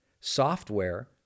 software